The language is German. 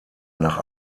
nach